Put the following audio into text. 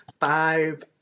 five